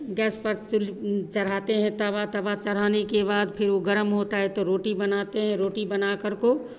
gas पर चढ़ाते हैं तवा तवा चढ़ाने के बाद फिर वह गरम होता है तो रोटी बनाते हैं रोटी बनाकर को